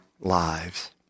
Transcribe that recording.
lives